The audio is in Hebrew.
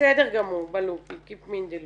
אנחנו